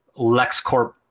LexCorp